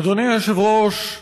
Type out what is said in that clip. אדוני היושב-ראש,